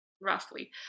roughly